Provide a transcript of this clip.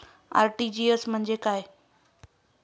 RTGS म्हणजे काय?